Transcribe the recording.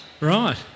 Right